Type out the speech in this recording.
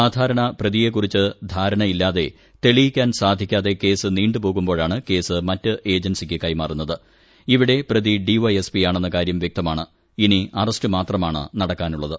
സാധാരണ പ്രതിയേ കുറിച്ച് ധാരണയില്ലാതെ തെളിയിക്കാൻ സാധിക്കാതെ കേസ് നീണ്ടുപോകുമ്പോഴാണു കേസ് മറ്റ്ഏജൻസിക്ക് കൈമാറുന്നത് ഇവിടെ പ്രതി ഡി വൈ എസ് പി ആണെന്ന കാര്യം വ്യക്തമാണു ഇനി അറസ്റ്റ് മാത്രമാണു നടക്കാനുള്ളത്